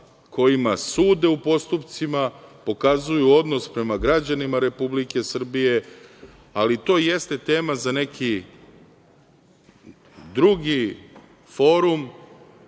kojima sude u postupcima. Pokazuju odnos prema građanima Republike Srbije, ali to jeste tema za neki drugi forum,